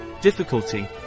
difficulty